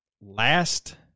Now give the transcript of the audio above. last